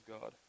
God